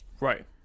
Right